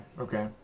okay